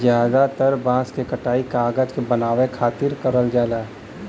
जादातर बांस क कटाई कागज के बनावे खातिर करल जाला